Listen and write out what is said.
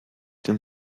den